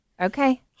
okay